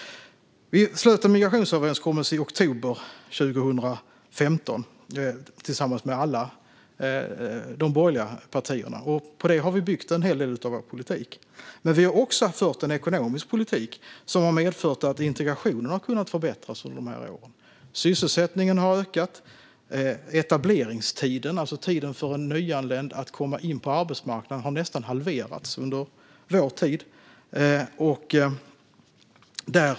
Vi slöt en migrationsöverenskommelse 2015 tillsammans med alla de borgerliga partierna, och på den har vi byggt en hel del av vår politik. Men vi har också fört en ekonomisk politik som medfört att integrationen har kunnat förbättras under dessa år. Sysselsättningen har ökat. Etableringstiden, alltså tiden för en nyanländ att komma in på arbetsmarknaden, har nästan halverats under vår tid.